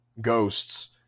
Ghosts